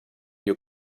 your